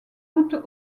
doute